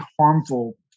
harmful